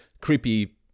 creepy